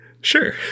Sure